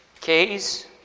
case